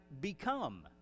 become